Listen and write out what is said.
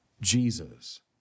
Jesus